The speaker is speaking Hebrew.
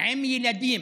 עם ילדים.